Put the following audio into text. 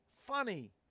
funny